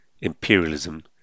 Imperialism